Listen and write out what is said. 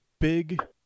big